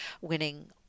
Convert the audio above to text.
winning